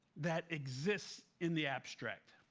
that exists in the abstract.